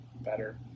better